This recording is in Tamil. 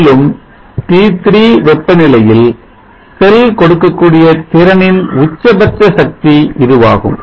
மேலும் T3 வெப்பநிலையில் செல் கொடுக்கக்கூடிய திறனின் உச்சபட்ச சக்தி இதுவாகும்